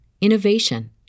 innovation